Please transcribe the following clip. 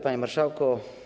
Panie Marszałku!